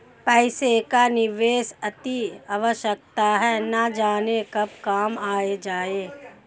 पैसे का निवेश अतिआवश्यक है, न जाने कब काम आ जाए